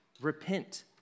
repent